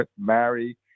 marry